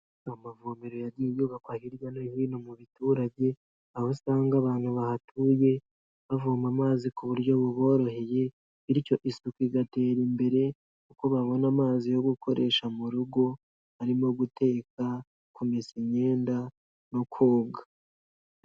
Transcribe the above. Amavomero yagiye yubakwa hirya no hino mu biturage, aho usanga abantu bahatuye bavoma amazi ku buryo buboroheye bityo isuku igatera imbere kuko babona amazi yo gukoresha mu rugo harimo guteka, kumesa imyenda no koga.